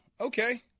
okay